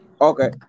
Okay